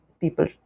people